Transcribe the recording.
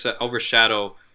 overshadow